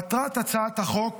מטרת הצעת החוק